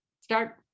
start